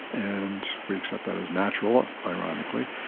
and we accept that as natural, ironically.